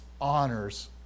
honors